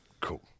Cool